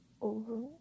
over